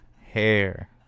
hair